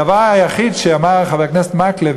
הדבר היחיד שאמר חבר הכנסת מקלב,